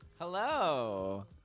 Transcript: Hello